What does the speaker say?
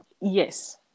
Yes